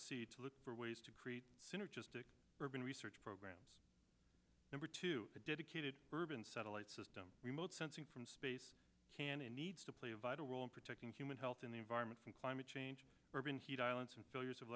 c to look for ways to create synergistic urban research programs number two a dedicated urban satellite system remote sensing from space can and needs to play a vital role in protecting human health in the environment from climate change urban heat islands and failures of